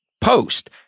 post